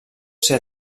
ser